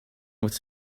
with